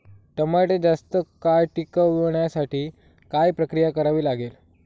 टमाटे जास्त काळ टिकवण्यासाठी काय प्रक्रिया करावी लागेल?